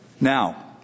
Now